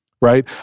right